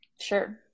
Sure